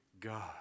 God